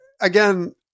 again